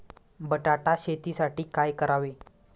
बटाटा शेतीसाठी काय करावे?